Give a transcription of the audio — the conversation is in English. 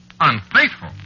Unfaithful